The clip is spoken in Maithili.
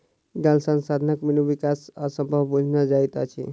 जल संसाधनक बिनु विकास असंभव बुझना जाइत अछि